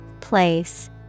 Place